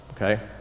Okay